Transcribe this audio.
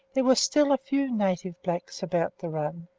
there were still a few native blacks about the run,